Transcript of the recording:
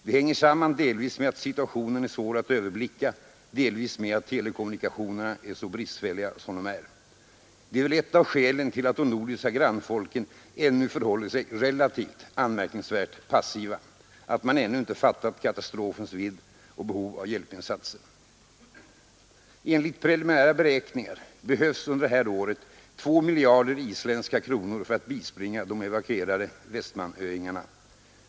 Det hänger samman delvis med att situationen är svår att överblicka — delvis med att telekommunikationerna är så bristfälliga som de är. Detta är väl ett av skälen till att de nordiska folken ännu förhållit sig så anmärkningsvärt passiva — att man ännu icke fattat katastrofens vidd och behovet av hjälpinsatser. Enligt preliminära beräkningar behövs under detta år 2 miljarder isländska kronor för att bispringa de evakuerade vestmannaöingarna.